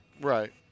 Right